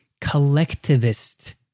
collectivist